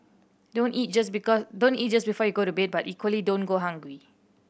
don't eat just don't eat just before you go to bed but equally don't go hungry